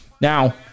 Now